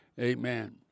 Amen